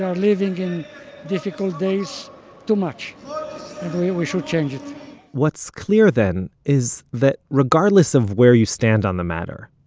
um living in difficult days too much. and we should change it what's clear then, is that regardless of where you stand on the matter,